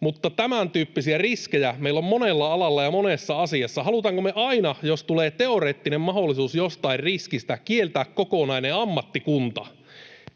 mutta tämäntyyppisiä riskejä meillä on monella alalla ja monessa asiassa. Halutaanko me aina, jos tulee teoreettinen mahdollisuus jostain riskistä, kieltää kokonainen ammattikunta?